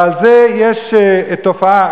ועל זה יש תופעה.